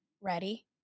ready